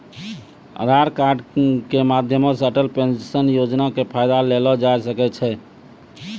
आधार कार्ड के माध्यमो से अटल पेंशन योजना के फायदा लेलो जाय सकै छै